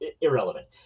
irrelevant